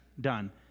done